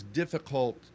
difficult